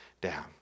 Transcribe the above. down